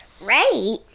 Right